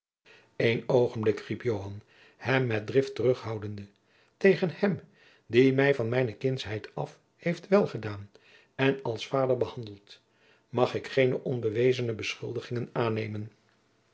een oogenblik riep joan hem met drift terughoudende tegen hem die mij van mijne kindschheid af heeft welgedaan en als vader behandeld mag ik geene onbewezene beschuldigingen aannemen